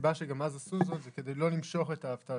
הסיבה שגם אז עשו זאת היא כדי לא למשוך את האבטלה.